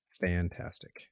fantastic